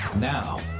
now